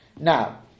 Now